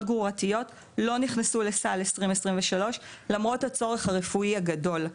גרורתיות לא נכנסו לסל של שנת 2023 למרות הצורך הרפואי הגדול,